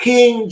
King